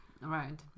right